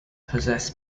possess